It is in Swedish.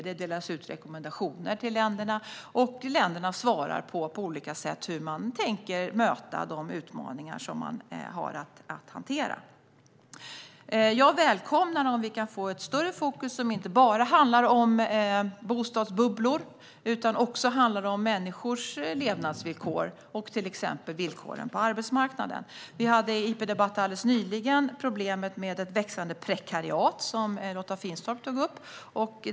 Det delas ut rekommendationer till länderna, och länderna svarar på olika sätt när det gäller hur man tänker möta de utmaningar som man har att hantera. Jag välkomnar om vi kan få ett större fokus, som inte bara handlar om bostadsbubblor utan också om människors levnadsvillkor och till exempel villkoren på arbetsmarknaden. Vi hade alldeles nyligen en interpellationsdebatt om problemet med ett växande prekariat, som Lotta Finstorp tog upp.